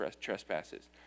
trespasses